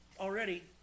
already